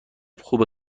خوبه